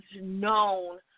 known